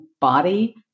body